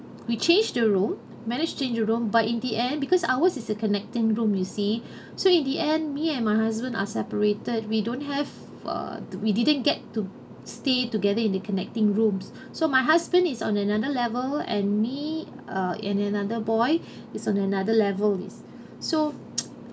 we change the room manage change the room but in the end because ours is a connecting room you see so in the end me and my husband are separated we don't have uh we didn't get to stay together in the connecting rooms so my husband is on another level and me uh and another boy is on another level so